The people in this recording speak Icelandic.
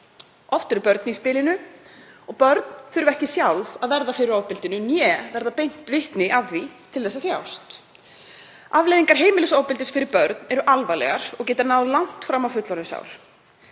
Oft eru börn í spilinu og börn þurfa ekki sjálf að verða fyrir ofbeldinu eða að verða beint vitni að því til að þjást. Afleiðingar heimilisofbeldis fyrir börn eru alvarlegar og geta náð langt fram á fullorðinsár.